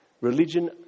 religion